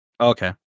Okay